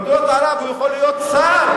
במדינות ערב הוא יכול להיות שר.